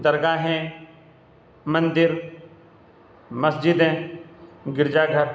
درگاہ ہیں مندر مسجدیں گرجا گھر